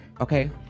okay